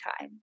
time